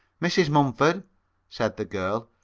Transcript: mrs. mumford said the girl,